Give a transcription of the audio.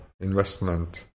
investment